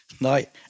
night